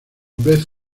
beth